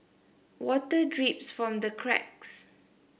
water drips from the cracks